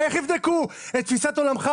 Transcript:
איך יבדקו את תפיסת עולמך,